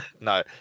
No